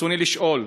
ברצוני לשאול: